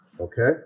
Okay